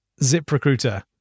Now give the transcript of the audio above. ZipRecruiter